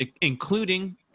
including